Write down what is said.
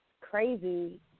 crazy